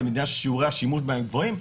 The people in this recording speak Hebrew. למדינה ששיעורי השימוש בה גבוהים,